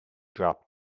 drop